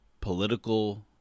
political